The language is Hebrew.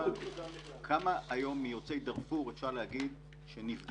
כמה היום מיוצאי דרפור אפשר לומר שנבדקו?